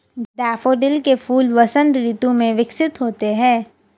daffodil के फूल वसंत ऋतु में विकसित होते हैं